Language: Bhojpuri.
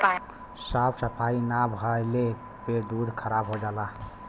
साफ सफाई ना भइले पे दूध खराब हो जाला